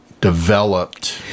developed